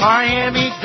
Miami